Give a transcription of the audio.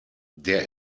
der